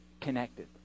connected